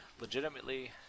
legitimately